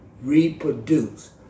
reproduce